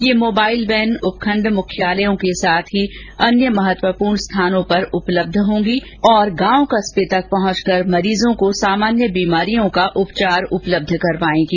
ये mobile van उपखण्ड मुख्यालयों के साथ ही अन्य महत्वपूर्ण स्थानों पर उपलब्ध होंगी और गांव कस्बे तक पहुंचकर मरीजों को सामान्य बीमारियों का उपचार उपलब्ध करवाएंगी